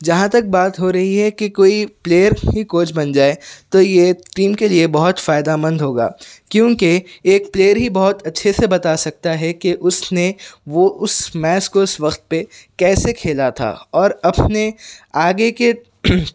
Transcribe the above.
جہاں تک بات ہو رہی ہے کہ کوئی پلیئر ہی کوچ بن جائے تو یہ ٹیم کے بہت فائدہ مند ہوگا کیونکہ یہ ایک پلیئر ہی بہت اچھے سے بتا سکتا ہے کہ اس نے وہ اس میچ کو اس وقت پہ کیسے کھیلا تھا اور اپنے آگے کے